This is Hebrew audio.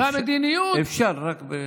אפשר רק,